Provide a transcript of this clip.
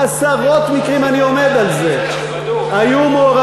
בעשרות מקרים, אני עומד על זה, בָּדוּק.